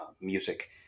music